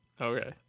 Okay